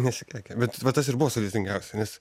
nesikeikė bet va tas ir buvo sudėtingiausia nes